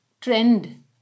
trend